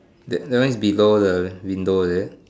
that that one is below the window there